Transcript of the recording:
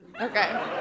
Okay